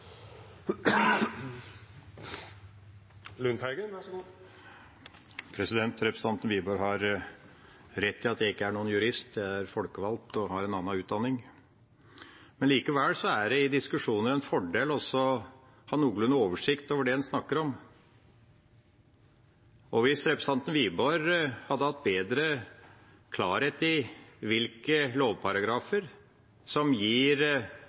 Jeg er folkevalgt og har en annen utdanning. Likevel er det i diskusjonen en fordel å ha noenlunde oversikt over det en snakker om. Hvis representanten Wiborg hadde hatt bedre klarhet i hvilke lovparagrafer som gir